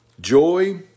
Joy